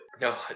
No